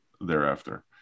thereafter